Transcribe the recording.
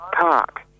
Park